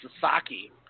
Sasaki